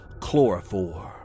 Chloroform